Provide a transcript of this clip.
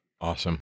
Awesome